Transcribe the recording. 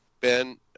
Ben